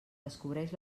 descobreix